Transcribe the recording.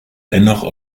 dennoch